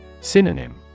Synonym